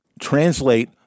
translate